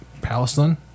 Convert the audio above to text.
Palestine